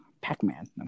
Pac-Man